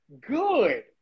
good